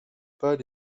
pas